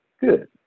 good